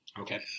Okay